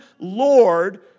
Lord